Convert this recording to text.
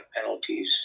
penalties